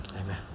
Amen